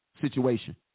situation